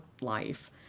life